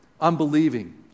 unbelieving